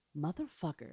motherfucker